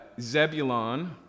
Zebulon